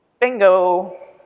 bingo